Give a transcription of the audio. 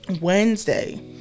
wednesday